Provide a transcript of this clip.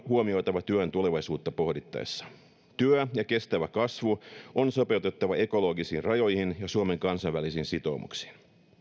huomioitava työn tulevaisuutta pohdittaessa työ ja kestävä kasvu on sopeutettava ekologisiin rajoihin ja suomen kansainvälisiin sitoumuksiin